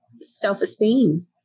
self-esteem